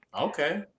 Okay